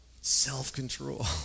self-control